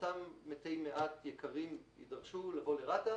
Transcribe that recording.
אותם מתי מעט יקרים יידרשו לבוא לרת"א.